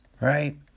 right